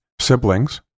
siblings